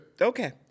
okay